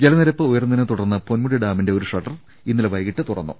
ജലനിരപ്പ് ഉയർന്നതിനെത്തുടർന്ന് പൊന്മുടി ഡാമിന്റെ ഒരു ഷട്ടർ ഇന്നലെ വൈകിട്ട് തുറന്നു